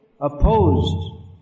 opposed